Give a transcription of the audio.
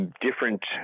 different